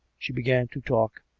she began to talk,